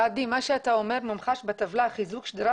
מה שאתה אומר מומחש בטבלה: חיזוק שדרת